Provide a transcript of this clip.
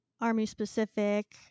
Army-specific